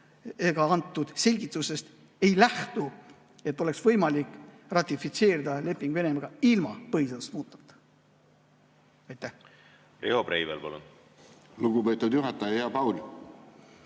antud selgitusest ei lähtu, et oleks võimalik ratifitseerida leping Venemaaga ilma põhiseadust muutmata.